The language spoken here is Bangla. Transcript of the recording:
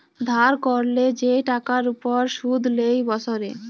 ধার ক্যরলে যে টাকার উপর শুধ লেই বসরে